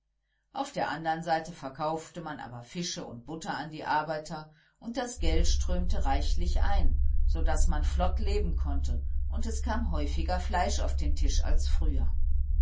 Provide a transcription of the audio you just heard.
auf der andern seite verkaufte man aber fische und butter an die arbeiter und das geld strömte reichlich ein so daß man flott leben konnte und es kam häufiger fleisch auf den tisch als früher